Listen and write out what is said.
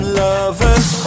lovers